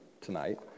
tonight